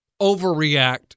overreact